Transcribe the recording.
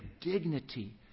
dignity